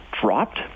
dropped